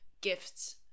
gifts